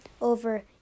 over